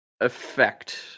Effect